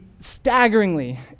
staggeringly